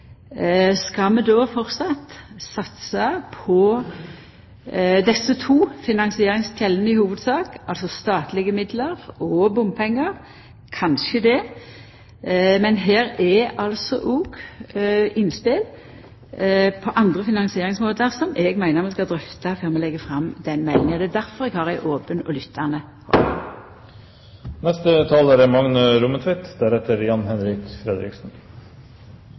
skal vi då framleis satsa på desse to finansieringskjeldene i hovudsak, altså statlege midlar og bompengar? Kanskje det. Men det er òg innspel til andre finansieringsmåtar som eg meiner vi skal drøfta før vi legg fram meldinga. Det er difor eg har ei open og lyttande